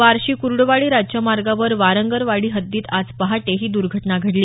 बार्शी कुर्डुवाडी राज्य मार्गावर वांगरवाडी हद्दीत आज पहाटे ही दुर्घटना घडली